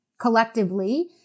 collectively